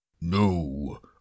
No